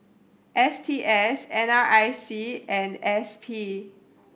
S T S N R I C and S P